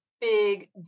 big